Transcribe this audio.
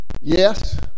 yes